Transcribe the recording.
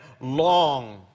long